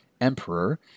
emperor